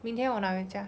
明天我拿回家